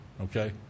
Okay